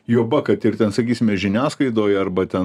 juoba kad ir ten sakysime žiniasklaidoj arba ten